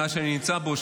מאז שאני נמצא בו,